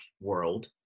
world